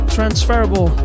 Transferable